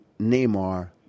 Neymar